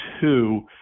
two